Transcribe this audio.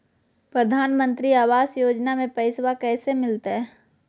प्रधानमंत्री आवास योजना में पैसबा कैसे मिलते?